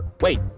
Wait